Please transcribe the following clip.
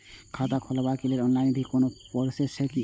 खाता खोलाबक लेल ऑनलाईन भी कोनो प्रोसेस छै की?